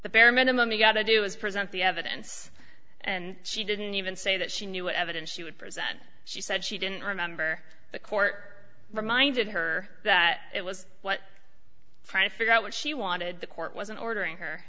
the bare minimum you've got to do is present the evidence and she didn't even say that she knew what evidence she would present she said she didn't remember the court reminded her that it was what frank figure out what she wanted the court wasn't ordering her